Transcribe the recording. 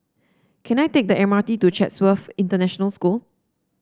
can I take the M R T to Chatsworth International School